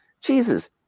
Jesus